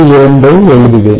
2 ஐ எழுதுவேன்